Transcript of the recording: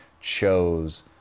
chose